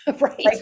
Right